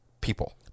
people